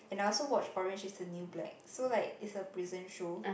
and also watch orange is the new black so like is the pleasant show